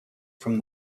from